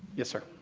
yes, sir.